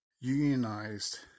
unionized